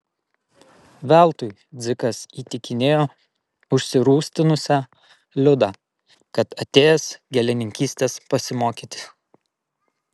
veltui dzikas įtikinėjo užsirūstinusią liudą kad atėjęs gėlininkystės pasimokyti